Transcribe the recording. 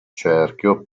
cerchio